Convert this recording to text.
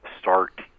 start